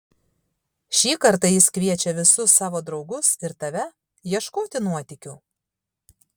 šį kartą jis kviečia visus savo draugus ir tave ieškoti nuotykių